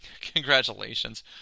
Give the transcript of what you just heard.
Congratulations